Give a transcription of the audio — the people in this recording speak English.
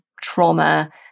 trauma